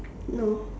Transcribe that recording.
no